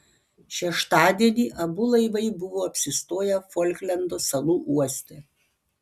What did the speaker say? šeštadienį abu laivai buvo apsistoję folklando salų uoste